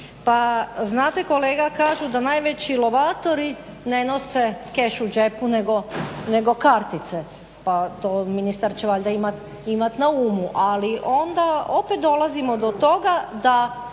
pa znate kolega kažu da najveći lovatori ne nose keš u džepu nego kartice pa to ministar će valjda imati na umu, ali onda opet dolazimo do toga da